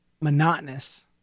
monotonous